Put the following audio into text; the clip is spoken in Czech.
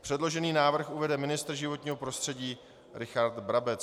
Předložený návrh uvede ministr životního prostředí Richard Brabec.